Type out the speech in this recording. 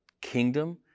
kingdom